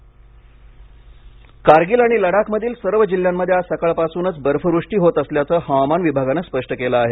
कारगिल बर्फवृष्टी कारगिल आणि लदाख मधील सर्व जिल्ह्यामध्ये आज सकाळपासूनच बर्फ वृष्टी होत असल्याचं हवामान विभागान स्पष्ट केलं आहे